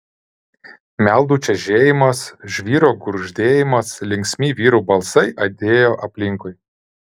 meldų čežėjimas žvyro gurgždėjimas linksmi vyrų balsai aidėjo aplinkui